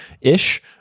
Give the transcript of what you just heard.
ish